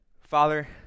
Father